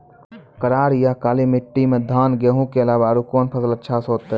करार या काली माटी म धान, गेहूँ के अलावा औरो कोन फसल अचछा होतै?